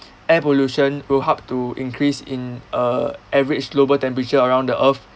air pollution will help to increase in a average global temperature around the earth